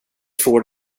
får